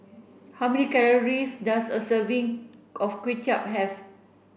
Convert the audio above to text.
how many calories does a serving of Kway Chap have